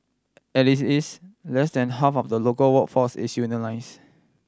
at it is less than half of the local workforce is unionise